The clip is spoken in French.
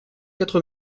quatre